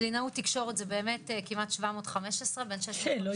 קלינאות תקשורת זה באמת כמעט 715 בפסיכומטרי.